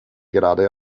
gerade